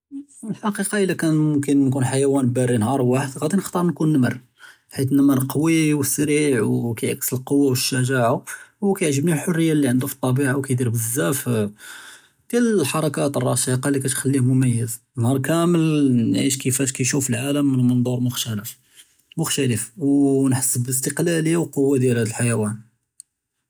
פִּי אֶלְחְקִיקָה אִדָּא כֻּנָּא נְכוּן חְיוַאן בָּארִי נְהַאר וָאחֵד נְחְ'תַאר נְכוּן נְמֵר חִית נְמֵר קְוִי וּסְרִיע וּכַיְכְּסֶר אֶלְקֻוָּה וְאֶשְּׁגָּעָה וְכַיְגְ'מַע חְרִיַּה לִי עְנְדוּ פִּי אֶטְּבִּיעָה וְכַיְדְרֶב אֶלְזַאף דְיָאל אֶלְחְרַכַּאת אֶרְּאשְקַה לִי כַּיְתְחַלִּיה מֻמִיֵּז, נְהַאר כַּאמֶל נְעִיש כִּיפַאש כַּיְשוּף אֶלְעָאלֶם מִן מַנְטוּר מֻחְ'תַלִף וּנְחַס בִּאִסְתִקְּלַאלִיַּה וּקֻוָּה דְּיָאל הָאד אֶלְחְיוַאן.